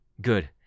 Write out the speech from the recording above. Good